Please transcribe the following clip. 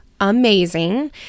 Amazing